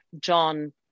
John